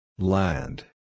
Land